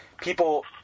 people